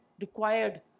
required